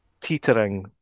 teetering